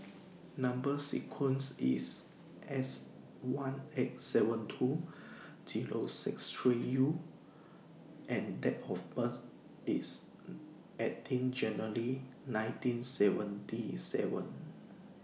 Number sequence IS S one eight seven two Zero six three U and Date of birth IS eighteen January nineteen seventy seven